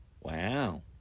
Wow